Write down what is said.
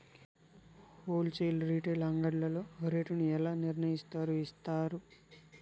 Whole sale retail అంగడ్లలో rate ను ఎలా నిర్ణయిస్తారు యిస్తారు?